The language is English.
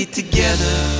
together